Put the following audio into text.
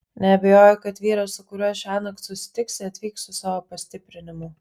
neabejoju kad vyras su kuriuo šiąnakt susitiksi atvyks su savo pastiprinimu